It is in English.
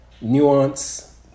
Nuance